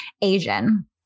Asian